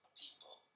people